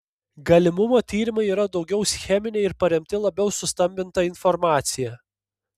galimumo tyrimai yra daugiau scheminiai ir paremti labiau sustambinta informacija